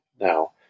now